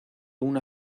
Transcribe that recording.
una